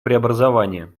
преобразования